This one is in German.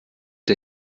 der